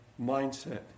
mindset